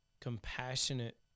compassionate